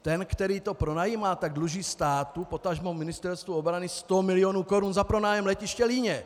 Ten, který to pronajímá, tak dluží státu, potažmo Ministerstvu obrany, 100 mil. korun za pronájem letiště Líně.